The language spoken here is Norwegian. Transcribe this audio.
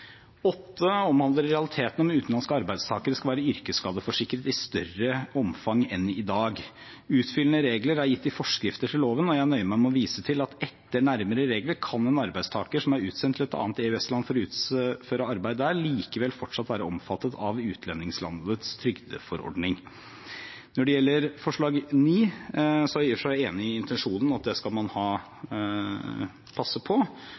i realiteten om utenlandske arbeidstakere skal være yrkesskadeforsikret i større omfang enn i dag. Utfyllende regler er gitt i forskrifter til loven, og jeg nøyer meg med å vise til at etter nærmere regler kan en arbeidstaker som er utsendt til et annet EØS-land for å utføre arbeid der, likevel fortsatt være omfattet av utsendingslandets trygdeforordning. Når det gjelder forslag 9, er jeg i og for seg enig i intensjonen, at det skal man passe på,